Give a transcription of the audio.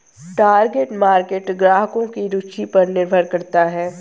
target market ग्राहकों की रूचि पर निर्भर करता है